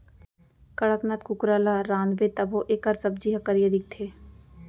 कड़कनाथ कुकरा ल रांधबे तभो एकर सब्जी ह करिया दिखथे